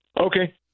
Okay